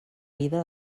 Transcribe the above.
vida